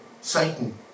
Satan